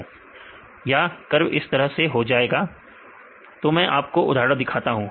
विद्यार्थी 1 या कर्व इस तरह से जाएगा तुम्हें आपको उदाहरण दिखाता हूं